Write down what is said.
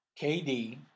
KD